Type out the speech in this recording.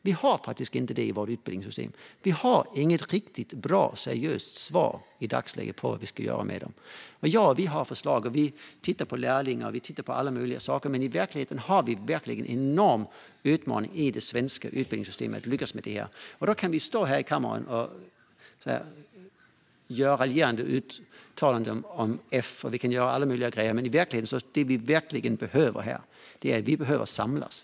Vi har inte det i vårt utbildningssystem. Vi har inget riktigt bra, seriöst svar i dagsläget på hur vi ska göra med dem. Vi har några förslag; vi tittar på lärlingar, och vi tittar på alla möjliga saker. Men i verkligheten har vi en enorm utmaning i det svenska utbildningssystemet när det gäller att lyckas med det här. Vi kan stå här i kammaren och göra raljerande uttalanden om F och alla möjliga grejer. Men det vi verkligen behöver göra här är att samlas.